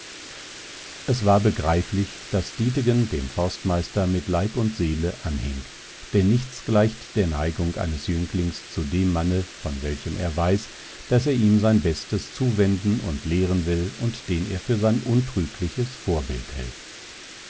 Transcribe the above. es war begreiflich daß dietegen dem forstmeister mit leib und seele anhing denn nichts gleicht der neigung eines jünglings zu dem manne von welchem er weiß daß er ihm sein bestes zuwenden und lehren will und den er für sein untrügliches vorbild hält